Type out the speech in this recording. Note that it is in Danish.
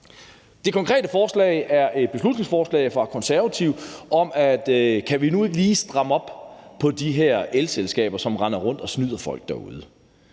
Det konkrete forslag er et beslutningsforslag fra De Konservative om, om vi nu ikke lige kan stramme op på de her elselskaber, som render rundt derude og snyder folk. Og det